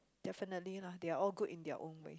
definitely lah they are all good in their own way